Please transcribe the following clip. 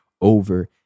over